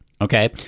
okay